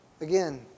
Again